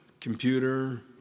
computer